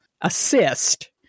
assist